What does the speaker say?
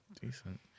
Decent